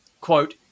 quote